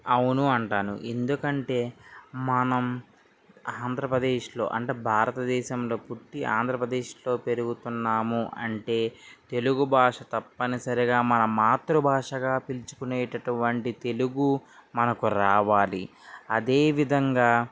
అవును అంటాను ఎందుకంటే మనం ఆంధ్రప్రదేశ్లో అంటే భారతదేశంలో పుట్టి ఆంధ్రప్రదేశ్లో పెరుగుతున్నాము అంటే తెలుగు భాష తప్పని సరిగా మన మాతృ భాషగా పిలుచుకునే అటువంటి తెలుగు మనకు రావాలి అదేవిధంగా